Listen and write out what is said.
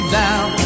down